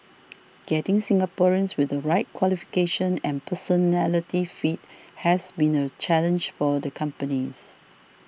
getting Singaporeans with the right qualifications and personality fit has been a challenge for the companies